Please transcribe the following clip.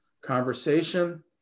conversation